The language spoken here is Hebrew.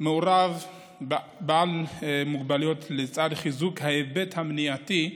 מעורב בעל מוגבלות לצד חיזוק ההיבט המניעתי,